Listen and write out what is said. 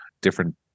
different